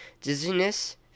dizziness